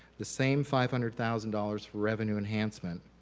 the same five hundred thousand dollars for revenue enhancement.